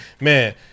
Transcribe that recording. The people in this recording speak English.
Man